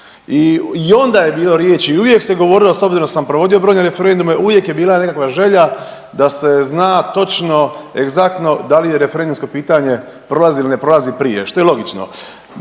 I onda je bilo riječi i uvijek se govorili s obzirom da sam provodio brojne referendume uvijek je bila nekakva želja da se zna točno egzaktno da li je referendumsko pitanje prolazi ili ne prolazi prije, što je logično.